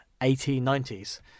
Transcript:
1890s